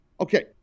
Okay